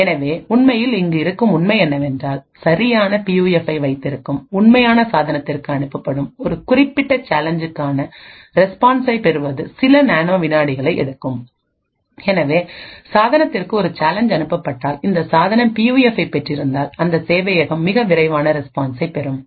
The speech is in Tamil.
எனவே உண்மையில் இங்கு இருக்கும் உண்மை என்னவென்றால் சரியான பியூஎஃப்பை வைத்திருக்கும் உண்மையான சாதனத்திற்கு அனுப்பப்படும் ஒரு குறிப்பிட்ட சேலஞ்சுக்கான ரெஸ்பான்ஸைப் பெறுவது சில நானோ விநாடிகளை எடுக்கும் எனவே சாதனத்திற்கு ஒரு சேலஞ்ச் அனுப்பப்பட்டால்இந்த சாதனம் பியூஎஃப்பை பெற்றிருந்தால் அந்த சேவையகம் மிக விரைவாக ரெஸ்பான்ஸைப் பெறும்